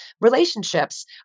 relationships